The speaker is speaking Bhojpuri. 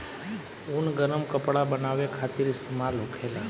ऊन गरम कपड़ा बनावे खातिर इस्तेमाल होखेला